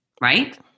Right